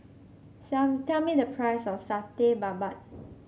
sale me tell me the price of Satay Babat